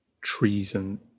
treason